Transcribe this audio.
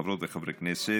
חברות וחברי הכנסת,